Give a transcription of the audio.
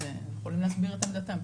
אז הם יכולים להסביר את עמדתם.